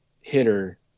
hitter